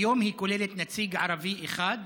כיום היא כוללת נציג ערבי אחד.